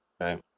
right